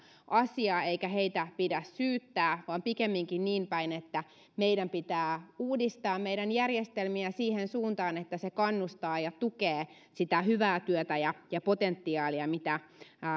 asia eikä heitä pidä syyttää vaan pikemminkin niinpäin että meidän pitää uudistaa meidän järjestelmiä siihen suuntaan että se kannustaa ja tukee sitä hyvää työtä ja ja potentiaalia mitä